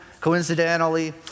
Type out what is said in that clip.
coincidentally